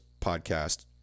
podcast